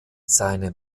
seine